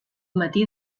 matí